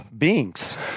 beings